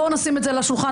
בואו נשים את זה על השולחן.